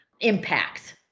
impacts